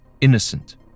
innocent